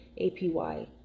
APY